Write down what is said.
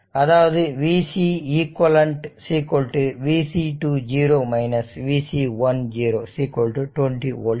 அதாவது v c eq v C2 0 v C1 0 20 volt